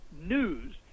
news